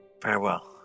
farewell